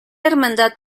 hermandad